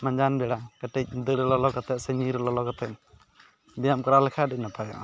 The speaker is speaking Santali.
ᱢᱟᱡᱟᱱ ᱵᱮᱲᱟ ᱠᱟᱹᱴᱤᱡ ᱫᱟᱹᱲ ᱞᱚᱞᱚ ᱠᱟᱛᱮ ᱥᱮ ᱧᱤᱨ ᱞᱚᱞᱚ ᱠᱟᱛᱮ ᱵᱮᱭᱟᱢ ᱠᱚᱨᱟᱣ ᱞᱮᱠᱷᱟᱡ ᱟᱹᱰᱤ ᱱᱟᱯᱟᱭᱚᱜᱼᱟ